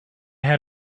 had